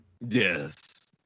Yes